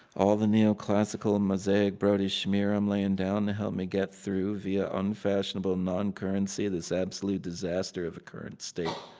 all the neoclassical and mosaic brodey schmear i'm laying down to help me get through via unfashionable non-currency, this absolute disaster of a current state.